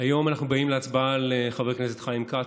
היום אנחנו באים להצבעה בעניין חבר הכנסת חיים כץ,